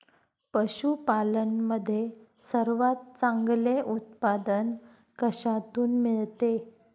पशूपालन मध्ये सर्वात चांगले उत्पादन कशातून मिळते?